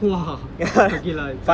!wah! okay lah